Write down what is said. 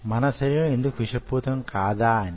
మన శరీరం ఎందుకు విషపూరితం కాదా అని